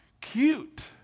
cute